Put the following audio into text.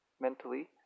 mentally